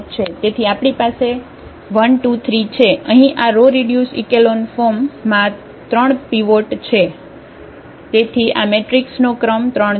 તેથી આપણી પાસે 1 2 3 છે અહીં આ રો રીડ્યુસ ઇકેલોન ફોર્મ માં 3 પીવોટ છે તેથી આ મેટ્રિક્સનો ક્રમ 3 છે